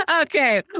Okay